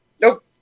Nope